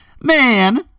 Man